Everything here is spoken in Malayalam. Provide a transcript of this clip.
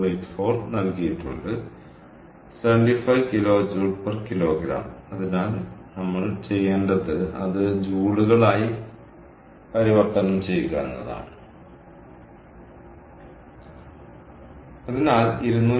284 നൽകിയിട്ടുണ്ട് 75 kJkg അതിനാൽ നമ്മൾ ചെയ്യേണ്ടത് അത് ജൂളുകളായി പരിവർത്തനം ചെയ്യുക എന്നതാണ് അതിനാൽ 284